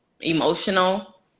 emotional